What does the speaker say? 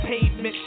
pavement